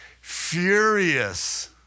furious